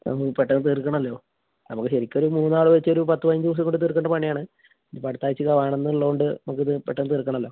പെട്ടെന്ന് തീർക്കാണല്ലൊ നമുക്ക് ശരിക്കും മൂന്ന് ആളെ വെച്ച് ഒരു പത്ത് പതിനഞ്ച് ദിവസം കൊണ്ട് തീർക്കണ്ട പണിയാണ് ഇത് ഇപ്പം അടുത്താഴ്ച വേണമെന്ന് ഉള്ളതുകൊണ്ട് നമുക്ക് ഇത് പെട്ടെന്ന് തീർക്കാണല്ലൊ